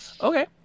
Okay